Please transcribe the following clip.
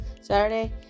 Saturday